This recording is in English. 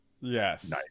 Yes